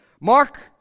Mark